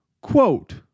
quote